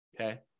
Okay